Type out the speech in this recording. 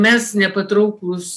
mes nepatrauklūs